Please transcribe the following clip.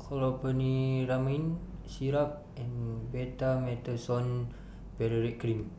Chlorpheniramine Syrup and Betamethasone Valerate Cream